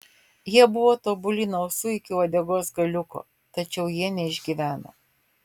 jie buvo tobuli nuo ausų iki uodegos galiuko tačiau jie neišgyveno